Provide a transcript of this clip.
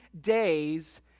days